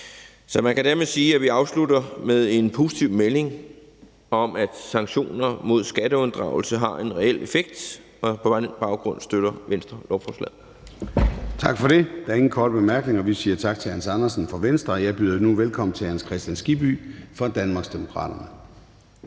Så man kan dermed sige, at vi afslutter med en positiv melding om, at sanktioner mod skatteunddragelse har en reel effekt, og på den baggrund støtter Venstre lovforslaget. Kl. 00:06 Formanden (Søren Gade): Tak for det. Der er ingen korte bemærkninger. Vi siger tak til hr. Hans Andersen fra Venstre. Jeg byder nu velkommen til hr. Hans Kristian Skibby fra Danmarksdemokraterne.